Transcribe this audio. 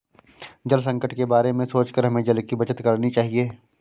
जल संकट के बारे में सोचकर हमें जल की बचत करनी चाहिए